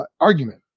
argument